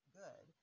good